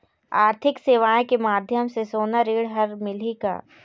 आरथिक सेवाएँ के माध्यम से सोना ऋण हर मिलही का?